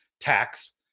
tax